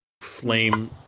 flame